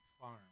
farm